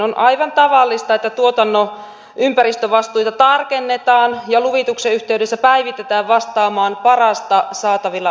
on aivan tavallista että tuotannon ympäristövastuita tarkennetaan ja luvituksen yhteydessä menetelmät päivitetään vastaamaan parasta saatavilla olevaa tekniikkaa